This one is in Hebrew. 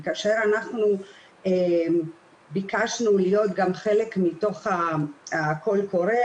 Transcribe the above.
כאשר אנחנו ביקשנו להיות גם חלק מתוך הקול קורא,